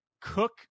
Cook